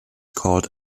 called